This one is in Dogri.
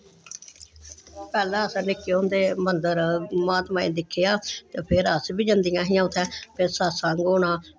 पैह्लें असें निक्के होंदे मंदर महात्मा होरें गी दिक्खेआ ते फिर अस बी जंदियां हियां उत्थें फिर सत्संग होना उत्थें